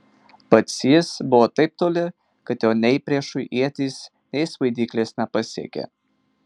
pats jis buvo taip toli kad jo nei priešų ietys nei svaidyklės nepasiekė